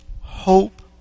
hope